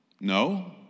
No